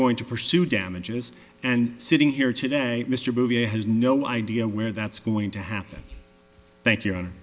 going to pursue damages and sitting here today mr moviefone has no idea where that's going to happen thank you and